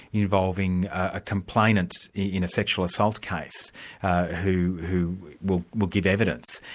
involving a complainant in a sexual assault case who who will will give evidence,